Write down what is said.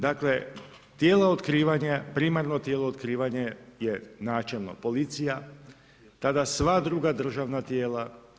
Dakle, tijela otkrivanja, primarna tijelo otkrivanje je načelno policija, tada sva druga državna tijela.